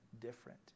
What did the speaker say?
different